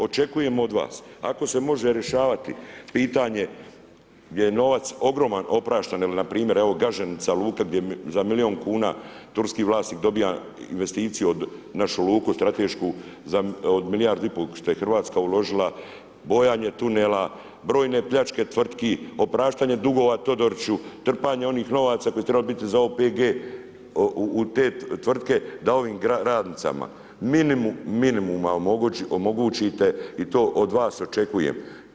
Očekujem od vas ako se može rješavati pitanje gdje je novac ogroman opraštan ili evo na primjer Gaženica luka gdje za milijun kuna turski vlasnik dobija investiciju od, našu luku stratešku od milijardu i pol što je Hrvatska uložila, bojanje tunela, brojne pljačke tvrtki, opraštanje dugova Todoriću, trpanje onih novaca koji su trebali biti za OPG u te tvrtke da ovim radnicama minimum minimuma omogućite i to od vas očekujem.